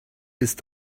ist